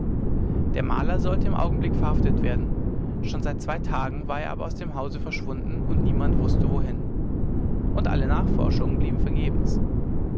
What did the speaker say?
der maler sollte im augenblick verhaftet werden schon seit zwei tagen war er aber aus dem hause verschwunden niemand wußte wohin und alle nachforschungen blieben vergebens